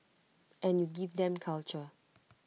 and you give them culture